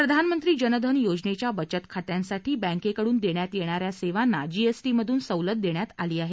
प्रधानमंत्री जनधन योजनेच्या बचत खात्यांसाठी बँकेकडून देण्यात येणाऱ्या सेवांना जीएसटीमधून सवलत देण्यात आली आहे